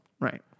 Right